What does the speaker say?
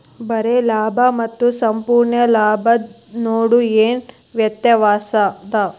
ಬರೆ ಲಾಭಾ ಮತ್ತ ಸಂಪೂರ್ಣ ಲಾಭದ್ ನಡು ಏನ್ ವ್ಯತ್ಯಾಸದ?